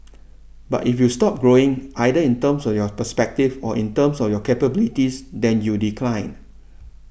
but if you stop growing either in terms of your perspective or in terms of your capabilities then you decline